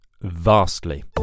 vastly